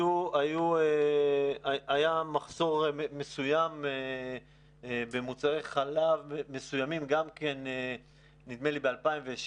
היה מחסור מסוים במוצרי חלב מסוימים נדמה לי ב-2016